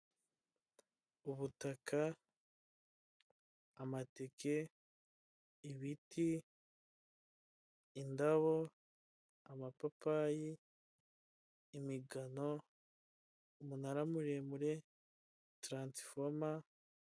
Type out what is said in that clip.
Ubutaka, amateke, ibiti, indabo, amapapayi, imigano, umunara muremure, taransifoma.